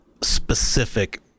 specific